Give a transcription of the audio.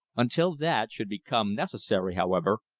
until that should become necessary, however,